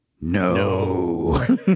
No